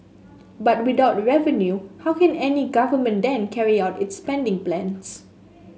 but without revenue how can any government then carry out its spending plans